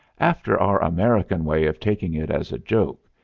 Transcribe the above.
after our american way of taking it as a joke,